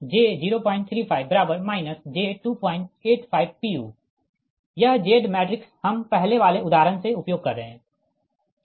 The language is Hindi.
यह Z मैट्रिक्स हम पहले वाले उदाहरण से उपयोग कर रहे है